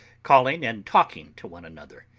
calling and talking to one another.